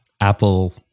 Apple